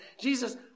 Jesus